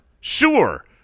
Sure